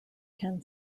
can